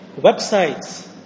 websites